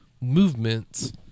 movements